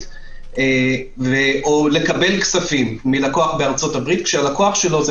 או לקבל כספים מלקוח בארצות הברית כשהלקוח שלו זה